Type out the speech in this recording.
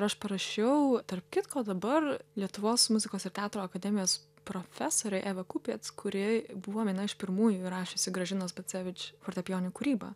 ir aš parašiau tarp kitko dabar lietuvos muzikos ir teatro akademijos profesorei eva kupiec kuri buvo viena iš pirmųjų įrašiusi gražinos bacevič fortepijoninę kūrybą